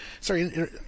sorry